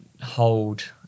hold –